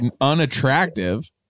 unattractive